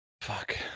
fuck